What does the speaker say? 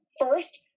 First